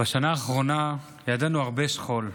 בשנה האחרונה ידענו הרבה שכול.